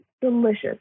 delicious